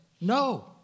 no